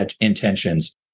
intentions